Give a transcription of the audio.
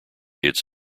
its